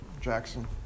Jackson